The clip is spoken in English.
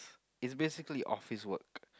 it's basically office work